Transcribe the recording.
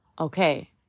okay